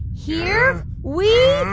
here we